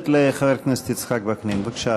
נוספת לחבר הכנסת יצחק וקנין, בבקשה,